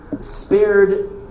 spared